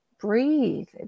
breathe